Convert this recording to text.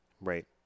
Right